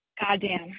goddamn